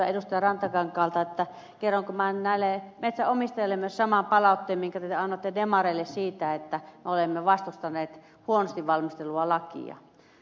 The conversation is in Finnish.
rantakankaalta kerronko minä näille metsänomistajille myös saman palautteen minkä te annoitte demareille siitä että olemme vastustaneet huonosti valmisteltua lakia